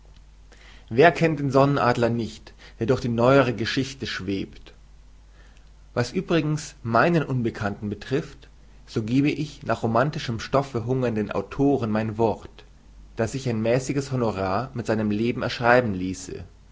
wer kennt den sonnenadler nicht der durch die neuere geschicht schwebt was übrigens meinen unbekannten betrifft so gebe ich nach romantischen stoffen hungernden autoren mein wort daß sich ein mäßiges honorar mit seinem leben erschreiben ließe